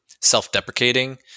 self-deprecating